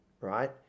right